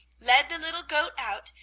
led the little goat out,